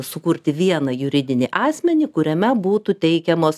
sukurti vieną juridinį asmenį kuriame būtų teikiamos